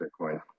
Bitcoin